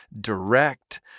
direct